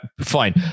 fine